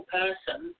person